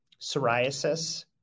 psoriasis